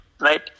right